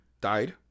died